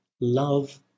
love